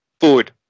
food